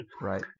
Right